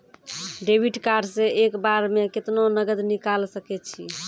Debit card से एक बार मे केतना नगद निकाल सके छी?